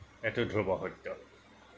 এইটো ধ্ৰুব সত্য